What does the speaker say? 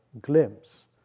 glimpse